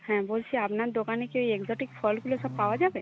হ্যাঁ বলছি আপনার দোকানে কি এই এক্সোটিক ফলগুলো সব পাওয়া যাবে